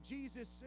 Jesus